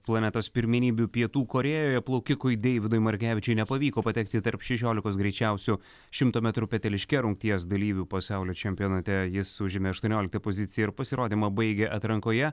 planetos pirmenybių pietų korėjoje plaukikui deividui margevičiui nepavyko patekti tarp šešiolikos greičiausių šimto metrų peteliške rungties dalyvių pasaulio čempionate jis užėmė aštuonioliktą poziciją ir pasirodymą baigė atrankoje